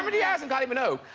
but he hasn't got even know.